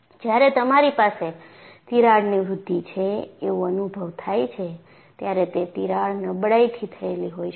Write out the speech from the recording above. જ્યારે તમારી પાસે તિરાડની વૃદ્ધિ છે એવું અનુભવ થાયત્યારે તે તિરાડ નબળાઈથી થયેલી હોઈ શકે